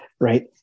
right